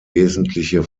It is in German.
wesentliche